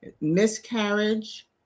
miscarriage